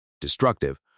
destructive